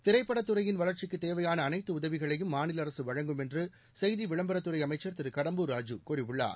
திரைப்படத் துறையின் வளர்ச்சிக்கு தேவையான அனைத்து உதவிகளையும் மாநில அரசு வழங்கும் என்று செய்தி விளம்பரத் துறை அமைச்சர் திரு கடம்பூர் ராஜூ கூறியுள்ளார்